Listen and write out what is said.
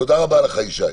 תודה רבה לך, ישי.